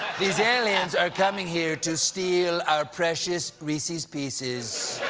these aliens are coming here to steal our precious reese's pieces.